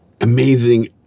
amazing